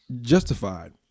justified